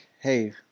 hey